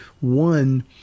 One